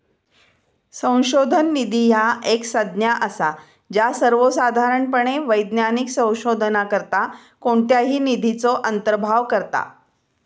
संशोधन निधी ह्या एक संज्ञा असा ज्या सर्वोसाधारणपणे वैज्ञानिक संशोधनाकरता कोणत्याही निधीचो अंतर्भाव करता